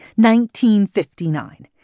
1959